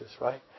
right